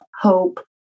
hope